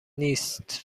نیست